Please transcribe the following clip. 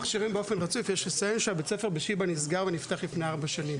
יש לציין שבית הספר בשיבא נסגר ונפתח לפני ארבע שנים.